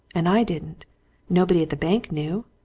and i didn't nobody at the bank knew.